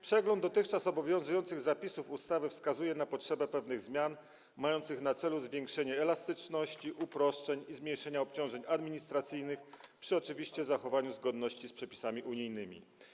Przegląd dotychczas obowiązujących zapisów ustawy wskazuje na potrzebę pewnych zmian mających na celu zwiększenie elastyczności, uproszczeń i zmniejszenia obciążeń administracyjnych, oczywiście przy zachowaniu zgodności z przepisami unijnymi.